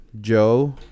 Joe